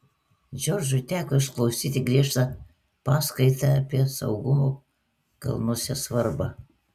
džordžui teko išklausyti griežtą paskaitą apie saugumo kalnuose svarbą